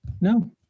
No